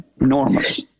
Enormous